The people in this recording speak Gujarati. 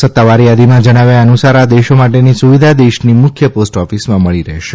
સત્તાવાર થાદીમાં જણાવ્યા અનુસાર આ દેશ માટેની સુવિધા દેશની મુખ્ય પાસ્ટ ઓફિસમાં મળી રહેશે